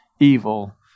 evil